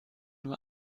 nur